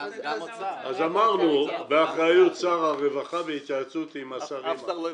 אמרנו באחריות שר הרווחה, בהתייעצות עם השרים.